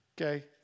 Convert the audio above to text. okay